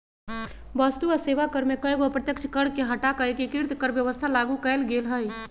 वस्तु आ सेवा कर में कयगो अप्रत्यक्ष कर के हटा कऽ एकीकृत कर व्यवस्था लागू कयल गेल हई